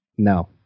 No